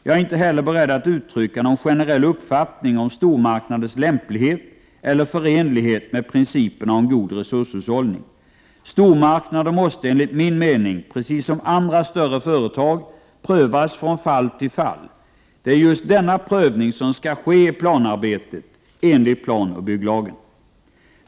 Jag är inte heller beredd att uttrycka någon generell uppfattning om stormarknaders lämplighet eller förenlighet med principerna om god resurshushållning. Stormarknader måste enligt min mening, precis som andra större företag, prövas från fall till fall. Det är just denna prövning som skall ske i planarbetet enligt planoch bygglagen.